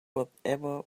whatever